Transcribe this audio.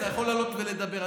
אתה יכול לעלות ולדבר.